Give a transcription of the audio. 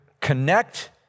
connect